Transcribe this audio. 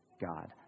God